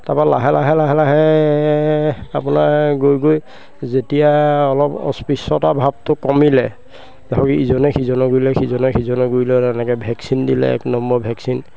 তাৰপৰা লাহে লাহে লাহে লাহে আপোনাৰ গৈ গৈ যেতিয়া অলপ অস্পৃশ্য়তা ভাৱটো কমিলে হেৰি ইজনে সিজনৰ গুৰিলে সিজনে সিজনৰ গুৰিলৈ তেনেকৈ ভেকচিন দিলে এক নম্বৰ ভেকচিন